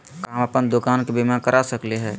का हम अप्पन दुकान के बीमा करा सकली हई?